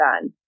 done